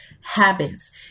habits